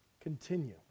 Continue